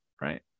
right